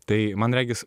tai man regis